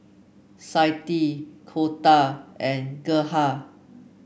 Clytie Colter and Gerhard